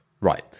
Right